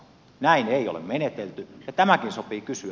näin ei ole menetelty ja tämäkin sopii kysyä